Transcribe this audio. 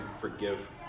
forgive